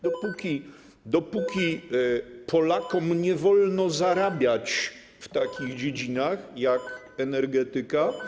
Dopóki Polakom nie wolno zarabiać w takich dziedzinach jak energetyka.